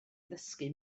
ddysgu